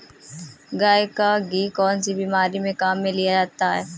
गाय का घी कौनसी बीमारी में काम में लिया जाता है?